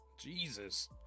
Jesus